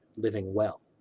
living well.